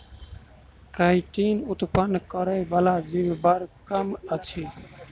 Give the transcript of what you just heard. chitin उत्पन्न करय बला जीव बड़ कम अछि